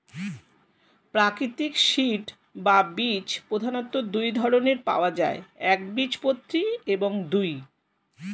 প্রাকৃতিক সিড বা বীজ প্রধানত দুই ধরনের পাওয়া যায় একবীজপত্রী এবং দুই